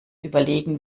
überlegen